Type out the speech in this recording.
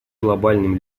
глобальным